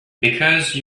because